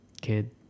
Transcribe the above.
Kid